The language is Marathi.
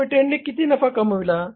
Ltd ने किती नफा कमविला